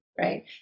right